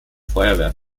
feuerwehr